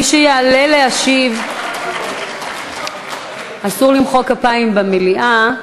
מי שיעלה להשיב, אסור למחוא כפיים במליאה.